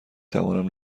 توانم